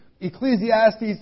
Ecclesiastes